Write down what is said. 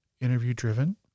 interview-driven